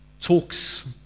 talks